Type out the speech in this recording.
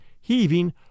heaving